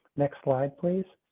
next slide please.